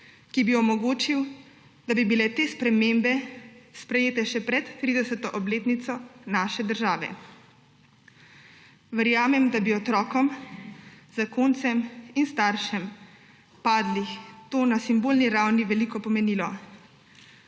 ki bi omogočil, da bi bile te spremembe sprejete še pred 30. obletnico naše države. Verjamem, da bi otrokom, zakoncem in staršem padlih to na simbolni ravni veliko pomenilo.